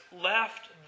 left